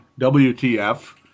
WTF